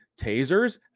tasers